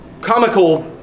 comical